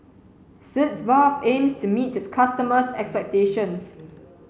sitz bath aims to meet its customers' expectations